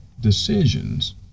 decisions